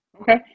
Okay